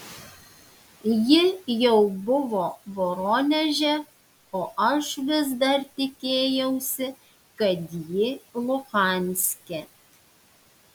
ji jau buvo voroneže o aš vis dar tikėjausi kad ji luhanske